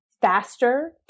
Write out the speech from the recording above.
faster